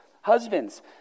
Husbands